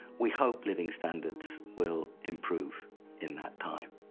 we hope living standards will improve in that time.